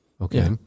Okay